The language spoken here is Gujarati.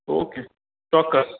ઓકે ચોક્કસ